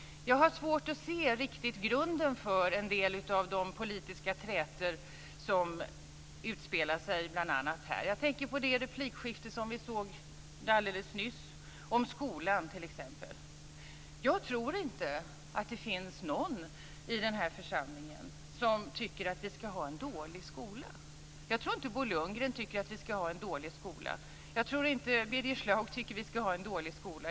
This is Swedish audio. Jag har svårt att se grunden för en del av de politiska trätor som utspelar sig bl.a. här. Jag tänker på det replikskifte som vi hörde alldeles nyss om skolan, t.ex. Jag tror inte att det finns någon i denna församling som tycker att vi ska ha en dålig skola. Jag tror inte att Bo Lundgren tycker att vi ska ha en dålig skola. Jag tror inte att Birger Schlaug tycker att vi ska ha en dålig skola.